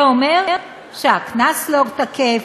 זה אומר שהקנס לא תקף,